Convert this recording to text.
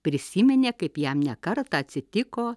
prisiminė kaip jam ne kartą atsitiko